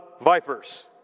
vipers